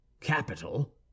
capital